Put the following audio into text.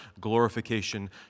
glorification